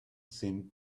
seemed